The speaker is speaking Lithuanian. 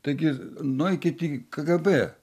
taigi nueikit į kgb